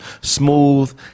smooth